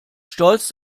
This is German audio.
stolz